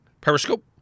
Periscope